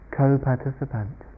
co-participant